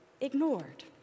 ignored